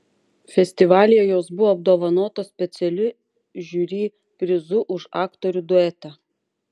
festivalyje jos buvo apdovanotos specialiu žiuri prizu už aktorių duetą